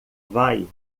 vai